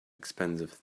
expensive